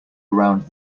around